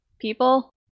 people